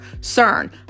CERN